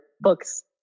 books